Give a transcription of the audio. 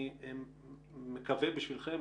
אני מקווה בשבילכם,